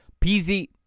PZ